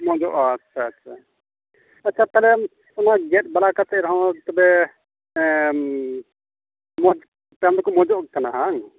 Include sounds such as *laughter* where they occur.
ᱢᱚᱡᱚᱜᱼᱟ ᱟᱪᱪᱷᱟ ᱟᱪᱪᱷᱟ ᱟᱪᱪᱷᱟ ᱛᱟᱦᱚᱞᱮᱢ ᱚᱱᱟ ᱜᱮᱫ ᱵᱟᱲᱟ ᱠᱟᱛᱮᱜ ᱨᱮᱦᱚᱸ ᱛᱚᱵᱮ ᱢᱚᱸᱡᱽ *unintelligible* ᱫᱚᱠᱚ ᱢᱚᱸᱡᱚᱜ ᱠᱟᱱᱟ ᱵᱟᱝ